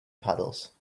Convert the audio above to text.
puddles